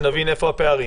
כדי שנבין איפה הפערים.